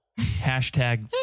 Hashtag